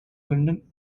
london